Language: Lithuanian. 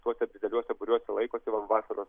tuose dideliuose būriuose laiko vau vasaros